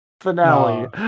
finale